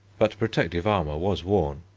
but protective armour was worn.